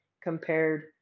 compared